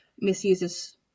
misuses